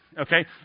okay